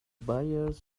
buyers